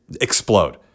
explode